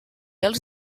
els